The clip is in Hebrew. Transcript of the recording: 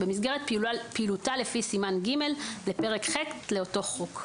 במסגרת פעילותה לפי סימן ג' לפרק ח' לאותו חוק.